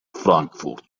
frankfurt